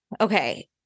Okay